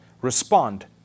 Respond